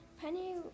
Penny